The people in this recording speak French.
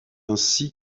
ainsi